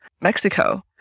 Mexico